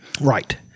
Right